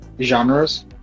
genres